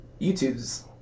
YouTube's